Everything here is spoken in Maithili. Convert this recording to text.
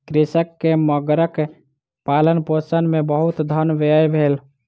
कृषक के मगरक पालनपोषण मे बहुत धन व्यय भेल